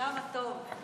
כמה טוב.